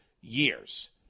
years